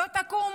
לא תקום